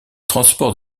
transport